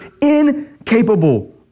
incapable